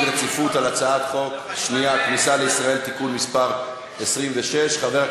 רציפות על הצעת חוק הכניסה לישראל (תיקון מס' 26) (החמרת